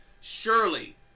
surely